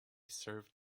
served